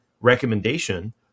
recommendation